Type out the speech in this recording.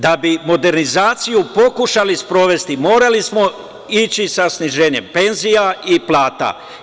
Da bi modernizaciju pokušali sprovesti morali smo ići sa sniženjem penzija i plata.